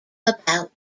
about